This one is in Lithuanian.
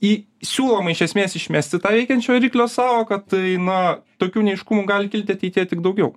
į siūloma iš esmės išmesti tą veikiančio variklio sąvoką tai na tokių neaiškumų gali kilti ateityje tik daugiau